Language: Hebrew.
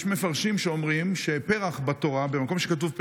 יש מפרשים שאומרים שפרח בתורה, במקום שכתוב פרח,